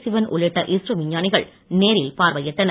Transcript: சிவன் உள்ளிட்ட இஸ்ரோ விஞ்ஞானிகள் நேரில் பார்வையிட்டனர்